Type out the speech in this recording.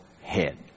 head